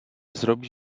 zrobić